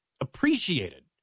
appreciated